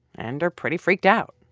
and are pretty freaked out.